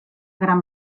gran